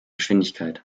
geschwindigkeit